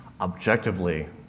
objectively